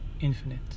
infinite